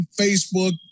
Facebook